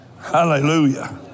Hallelujah